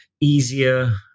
easier